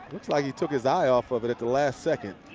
looks like he took his eye off of it at the last second.